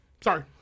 Sorry